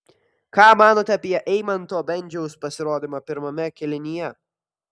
ką manote apie eimanto bendžiaus pasirodymą pirmame kėlinyje